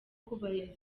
kubahiriza